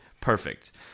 perfect